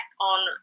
on